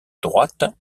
droite